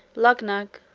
luggnagg,